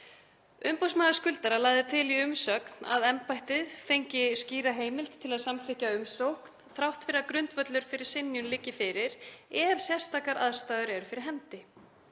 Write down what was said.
Umboðsmaður skuldara leggur til í umsögn að embættið fái skýra heimild til að samþykkja umsókn þrátt fyrir að grundvöllur fyrir synjun liggi fyrir ef sérstakar aðstæður eru fyrir hendi.